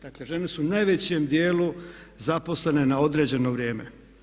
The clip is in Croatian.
Dakle, žene su u najvećem dijelu zaposlene na određeno vrijeme.